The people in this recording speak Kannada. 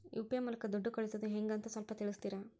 ಯು.ಪಿ.ಐ ಮೂಲಕ ದುಡ್ಡು ಕಳಿಸೋದ ಹೆಂಗ್ ಅಂತ ಸ್ವಲ್ಪ ತಿಳಿಸ್ತೇರ?